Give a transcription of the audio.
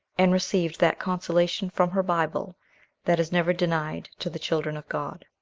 and received that consolation from her bible that is never denied to the children of god.